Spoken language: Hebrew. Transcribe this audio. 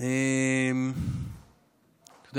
הוא בא ואמר,